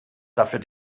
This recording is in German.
dafür